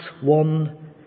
one